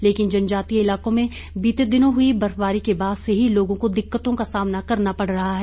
लेकिन जनजातीय इलाकों में बीते दिनों हुई बर्फबारी के बाद से ही लोगों को दिक्क्तों का सामना करना पड़ रहा है